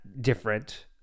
different